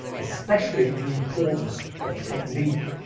especially the importance of technique,